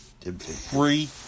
three